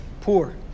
poor